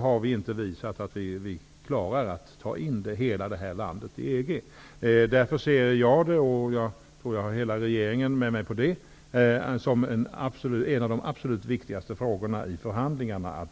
har vi inte visat att vi klarar att ta in hela vårt land i EG. Därför ser jag -- och jag tror att jag har med mig hela regeringen på det -- detta som en av de absolut viktigaste frågorna att lösa i förhandlingarna.